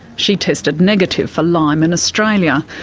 she tested negative for lyme in australia,